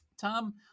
Tom